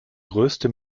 größte